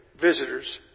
visitors